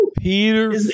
Peter